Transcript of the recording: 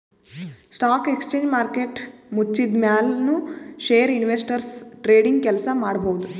stock exchange market ಮುಚ್ಚಿದ್ಮ್ಯಾಲ್ ನು share investors trading ಕೆಲ್ಸ ಮಾಡಬಹುದ್